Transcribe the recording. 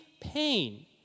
pain